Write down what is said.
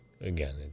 again